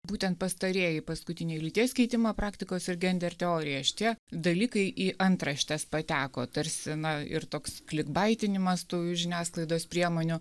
būtent pastarieji paskutiniai lyties keitimo praktikos ir gender teorija šitie dalykai į antraštes pateko tarsi na ir toks klikbaitinimas tų žiniasklaidos priemonių